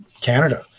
Canada